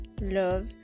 love